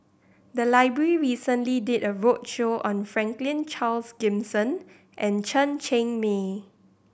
the library recently did a roadshow on Franklin Charles Gimson and Chen Cheng Mei